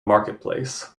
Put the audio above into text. marketplace